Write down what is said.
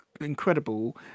incredible